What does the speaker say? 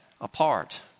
apart